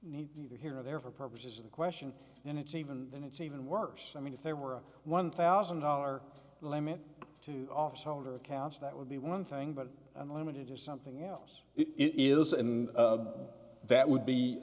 need either here or there for purposes of the question and it's even then it's even worse i mean if there were a one thousand dollar limit to officeholder accounts that would be one thing but unlimited or something else it is and that would be